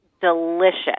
delicious